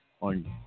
on